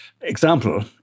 example